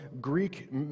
Greek